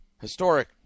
historic